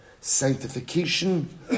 sanctification